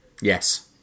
Yes